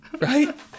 right